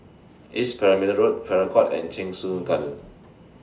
East Perimeter Road Farrer Court and Cheng Soon Garden